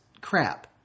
crap